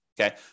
okay